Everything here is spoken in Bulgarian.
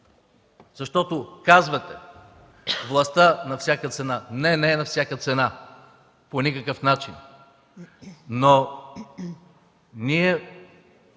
защото казвате: „властта – на всяка цена”. Не, не на всяка цена, по никакъв начин! Ние